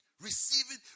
receiving